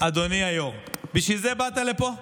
אדוני היו"ר, בשביל זה באת לפה?